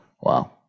Wow